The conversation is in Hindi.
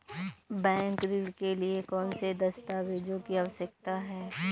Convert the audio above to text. बैंक ऋण के लिए कौन से दस्तावेजों की आवश्यकता है?